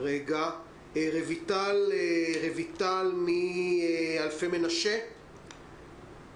כרגע אנחנו יודעים שמשרד הבריאות לא מאפשר שום הזנה במוסדות